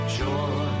joy